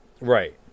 Right